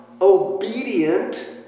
obedient